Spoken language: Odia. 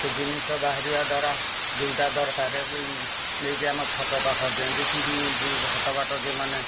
ସେ ଜିନିଷ ବାହାରିବା ଦ୍ଵାରା ଯେଉଁଟା ଦରକାର ବି ନେଇକି ଆମ ଛକ ପାଖରେ ଦିଅନ୍ତି କି ବି ଯୋଉ ହାଟବାଟ ଯେଉଁମାନେ